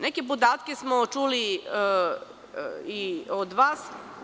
Neke podatke smo čuli i od vas.